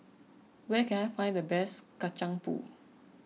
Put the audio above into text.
where can I find the best Kacang Pool